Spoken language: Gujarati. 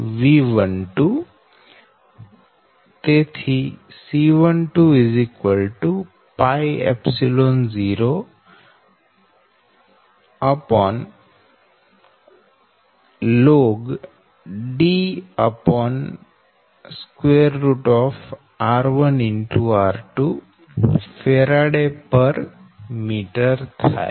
તેથી C12q1V120ln Dr1r2 Fm Faraday meter થાય